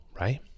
right